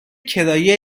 کرایه